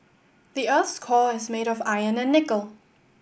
the earth's core is made of iron and nickel